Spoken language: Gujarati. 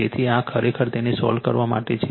તેથી આ ખરેખર તેને સોલ્વ કરવા માટે છે